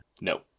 No